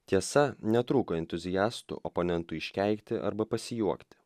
tiesa netrūko entuziastų oponentui iškeikti arba pasijuokti